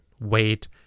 wait